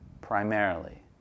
primarily